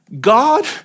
God